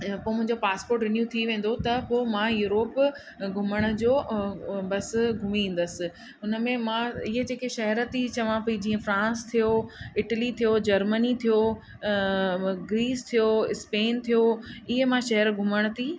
ऐं पोइ मुंहिंजो पासपोट रिन्यू थी वेंदो त पोइ मां यूरोप घुमण जो बसि घुमी ईंदसि हुन में मां इहे जेके शहर थी चवां पेई जीअं फ़्रांस थियो इटली थियो जर्मनी थियो ग्रीस थियो स्पेन थियो इहे मां शहर घुमण थी